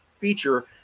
feature